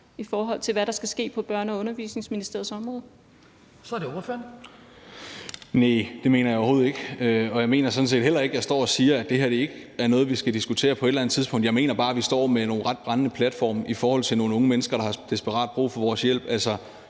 fg. formand (Hans Kristian Skibby): Så er det ordføreren. Kl. 18:03 Thomas Skriver Jensen (S): Næh, det mener jeg overhovedet ikke. Jeg mener sådan set heller ikke, at jeg står og siger, at det her ikke er noget, vi skal diskutere på et eller andet tidspunkt. Jeg mener bare, at vi står med nogle brændende platforme i forhold til nogle unge mennesker, der har desperat brug for vores hjælp: